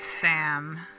Sam